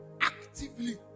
actively